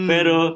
Pero